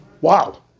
wow